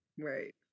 Right